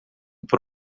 por